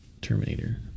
Terminator